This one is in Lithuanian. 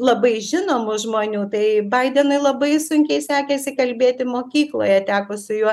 labai žinomų žmonių tai baidenui labai sunkiai sekėsi kalbėti mokykloje teko su juo